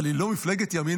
אבל היא לא מפלגת ימין.